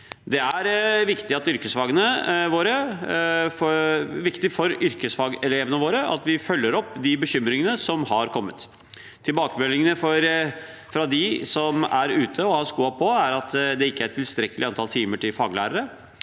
Det er viktig for yrkesfagelevene våre at vi følger opp de bekymringene som har kommet. Tilbakemeldingene fra dem som er ute og har skoene på, er at det ikke er tilstrekkelig antall timer til faglærer.